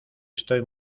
estoy